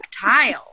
tile